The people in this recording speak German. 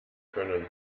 können